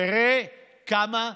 נראה כמה זמן.